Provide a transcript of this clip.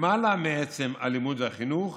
למעלה מעצם הלימוד והחינוך,